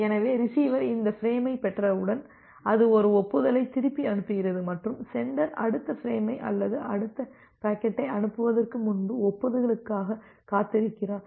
எனவே ரிசீவர் இந்த ஃபிரேமைப் பெற்றவுடன் அது ஒரு ஒப்புதலை திருப்பி அனுப்புகிறது மற்றும் சென்டர் அடுத்த ஃபிரேமை அல்லது அடுத்த பாக்கெட்டை அனுப்புவதற்கு முன்பு ஒப்புதலுக்காகக் காத்திருக்கிறார்